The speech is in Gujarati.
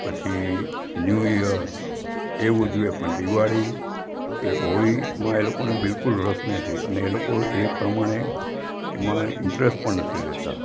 પછી ન્યુ યર એ ઉજવે પણ દિવાળી કે હોળીમાં એ લોકોને બિલકુલ રસ નથી અને એ લોકો એ પ્રમાણે એમાં ઇન્ટરેસ્ટ પણ નથી લેતાં